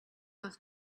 off